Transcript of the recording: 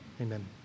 Amen